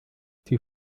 die